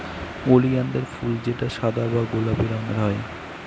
ওলিয়ানদের ফুল যেটা সাদা বা গোলাপি রঙের হয়